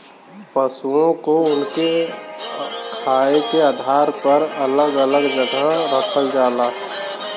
पसुओ को उनके चारा खाए के आधार पर अलग अलग जगह रखल जाला